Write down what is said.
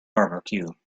barbecue